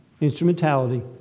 instrumentality